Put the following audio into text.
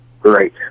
Great